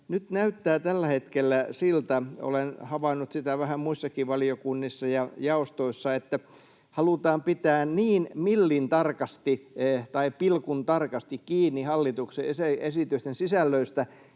nyt näyttää tällä hetkellä siltä — olen havainnut sitä vähän muissakin valiokunnissa ja jaostoissa — että halutaan pitää niin millintarkasti tai pilkuntarkasti kiinni hallituksen esitysten sisällöistä,